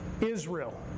Israel